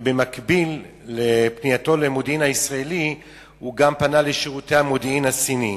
ובמקביל לפנייתו למודיעין הישראלי הוא גם פנה לשירותי המודיעין הסיני